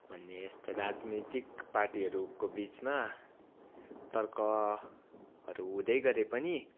भन्ने यस्तो राजनैतिक पार्टीहरूको बिचमा तर्कहरू हुँदै गरे पनि